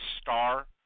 star